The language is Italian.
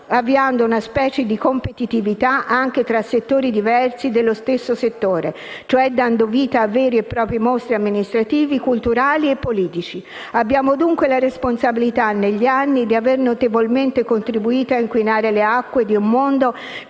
avviando una specie di competitività anche tra settori diversi dello stesso terzo settore, cioè dando vita a veri e propri mostri amministrativi, culturali e politici. Abbiamo dunque la responsabilità, negli anni, di aver notevolmente contribuito ad inquinare le acque di un mondo che per